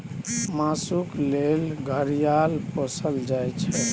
मासुक लेल घड़ियाल पोसल जाइ छै